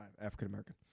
African-American